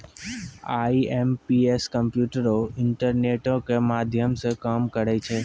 IMPS कम्प्यूटरो, इंटरनेटो के माध्यमो से काम करै छै